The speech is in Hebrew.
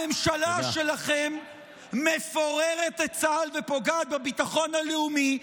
הממשלה שלכם מפוררת את צה"ל ופוגעת בביטחון הלאומי,